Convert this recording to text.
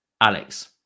Alex